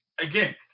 again